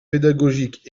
pédagogiques